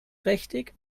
trächtig